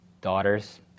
daughters